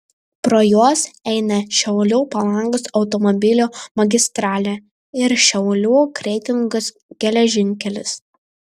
pro juos eina šiaulių palangos automobilių magistralė ir šiaulių kretingos geležinkelis